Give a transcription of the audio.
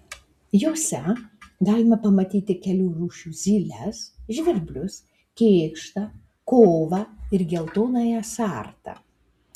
jose galima pamatyti kelių rūšių zyles žvirblius kėkštą kovą ir geltonąją sartą